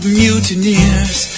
mutineers